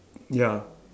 ya